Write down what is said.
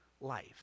life